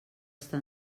està